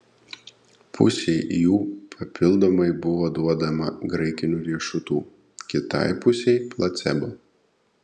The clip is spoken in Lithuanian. pusei jų papildomai buvo duodama graikinių riešutų kitai pusei placebo